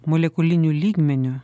molekuliniu lygmeniu